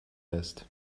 lässt